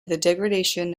degradation